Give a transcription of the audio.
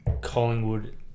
Collingwood